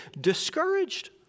discouraged